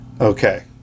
Okay